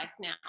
now